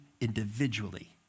individually